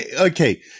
Okay